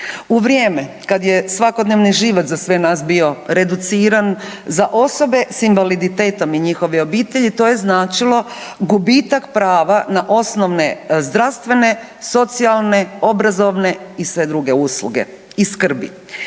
U vrijeme kad je svakodnevni život za sve nas bio reduciran, za osobe s invaliditetom i njihove obitelji to je značilo gubitak prava na osnovne zdravstvene, socijalne, obrazovne i sve druge usluge i skrbi.